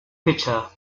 pitcher